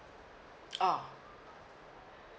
ah